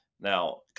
Now